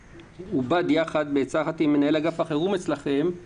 עבר עיבוד בעצה אחת עם מנהל אגף החירום אצלכם,